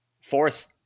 fourth